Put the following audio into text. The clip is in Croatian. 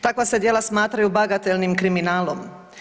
Takva se djela smatraju bagatelnim kriminalom.